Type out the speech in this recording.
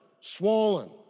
swollen